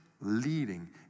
leading